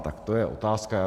Tak to je otázka.